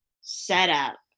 setup